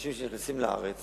אנשים שנכנסים לארץ